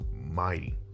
mighty